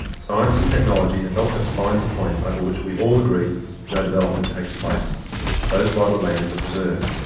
science and technology have helped us find the point over which we all agree no development takes place those vital lands are preserved.